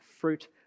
fruit